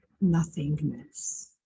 nothingness